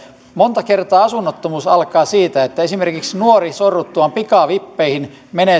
monta kertaa asunnottomuus alkaa siitä että esimerkiksi nuori sorruttuaan pikavippeihin